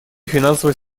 финансовой